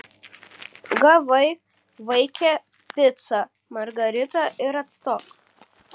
gavai vaike picą margaritą ir atstok